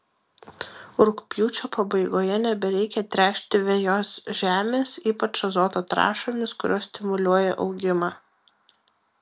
rugpjūčio pabaigoje nebereikia tręšti vejos žemės ypač azoto trąšomis kurios stimuliuoja augimą